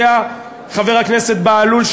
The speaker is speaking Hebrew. יודע חבר הכנסת בהלול,